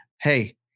hey